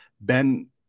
Ben